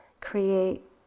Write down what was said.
create